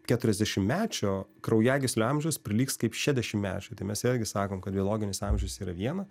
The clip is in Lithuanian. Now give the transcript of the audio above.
keturiasdešimtmečio kraujagyslių amžius prilygs kaip šešiasdešimtmečio tai mes irgi sakom kad biologinis amžius yra viena